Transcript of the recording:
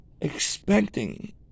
expecting